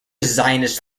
zionist